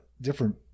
different